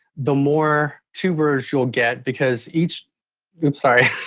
the more tubers you'll get, because each oops, sorry.